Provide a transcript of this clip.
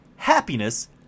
happiness